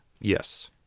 Yes